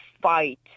fight